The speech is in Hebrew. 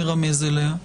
מרמז עליה.